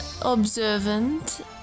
observant